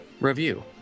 review